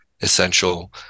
essential